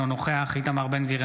אינו נוכח איתמר בן גביר,